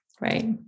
Right